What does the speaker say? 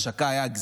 לא היה פופקורן.